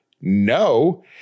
no